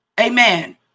Amen